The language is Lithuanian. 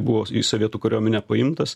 buvo į sovietų kariuomenę paimtas